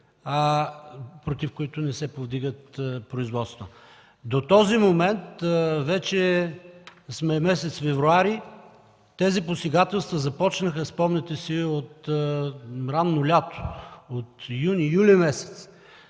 против които не се повдигат производства. До този момент, вече сме месец февруари, тези посегателства започнаха, спомняте си от ранно лято – от месеците